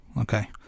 okay